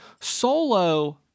Solo